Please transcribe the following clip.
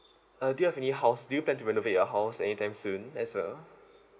uh do you have any house do you plan to renovate your house anytime soon as well